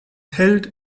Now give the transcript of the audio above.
held